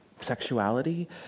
sexuality